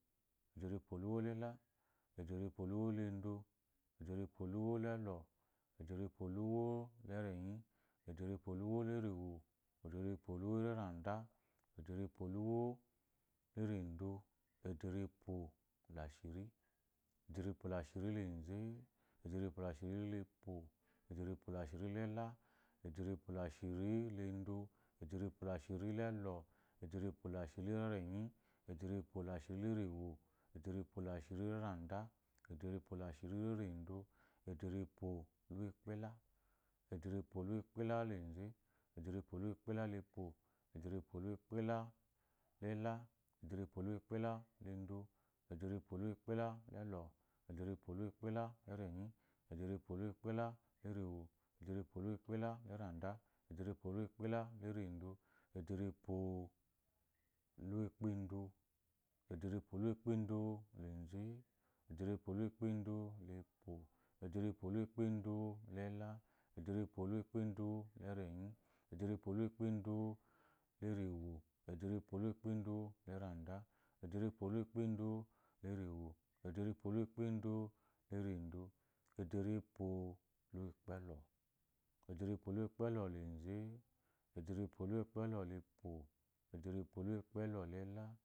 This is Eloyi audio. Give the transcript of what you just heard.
Ederepoluwolela, ederepoluwolalando, ederepoluwolelo, ederepoluworenyi, ederepoluwolerewo, ederepoluwolerenda, luwolerendo, ederepolashiri, ederepolashirileze, ederepolashirilepo, ederepolashirilela, ederepolashirilendo, ederepolashirilelɔ, ederepolashirilerenyi, ederepolashiriterewo, ederepolashirilerenda, ederepolashirilarendo, ederepolukpela, ederepolukpelaleze, ederepolukpelalepo, ederepolukpelalela, ederepolukpelalerenyi, ederepolukpelalerewo, ederepolukpelaleranda, ederepolukpelalerando, ederepolukpendo, ederepolukpendoleze, ederepolukpendolepo, ederepolukpendolela, ederepolukpendolendo lelɔ, ederepolukpendolerenyi, ederepolukpendolerewo, ederepolukpendolerenda, ederepolukpendolerando, ederepolukpelɔ, repolukpelɔleze, ederepolukpelɔlepo, ederepolukpelɔlela